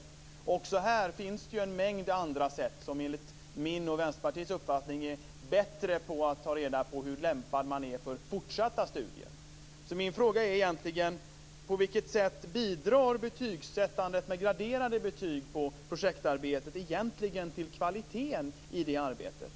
Men också här finns det en mängd andra sätt som enligt min och Vänsterpartiets uppfattning är bättre på att ta reda på hur lämpad någon är för fortsatta studier. Så min fråga är egentligen: På vilket sätt bidrar egentligen betygssättandet på projektarbetet med graderade betyg till arbetets kvalitet?